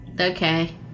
Okay